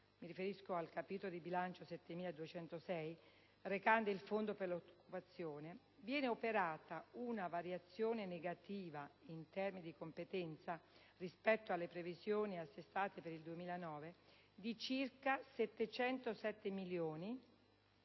mi riferisco al capitolo di bilancio 7206, recante il Fondo per l'occupazione - viene operata una variazione negativa in termini di competenza, rispetto alle previsioni assestate per il 2009, di circa 707 milioni